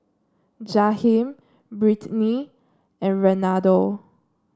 Jaheem Brittni and Renaldo